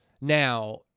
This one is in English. Now